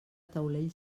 taulell